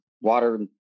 water